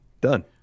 Done